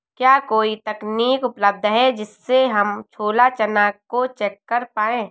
क्या कोई तकनीक उपलब्ध है जिससे हम छोला चना को चेक कर पाए?